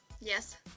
Yes